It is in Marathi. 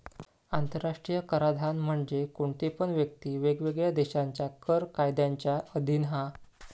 आंतराष्ट्रीय कराधान म्हणजे कोणती पण व्यक्ती वेगवेगळ्या देशांच्या कर कायद्यांच्या अधीन हा